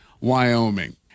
Wyoming